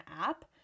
app